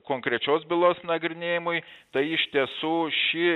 konkrečios bylos nagrinėjimui tai iš tiesų ši